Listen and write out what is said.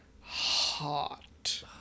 hot